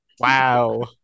Wow